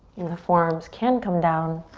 and the forearms can come down.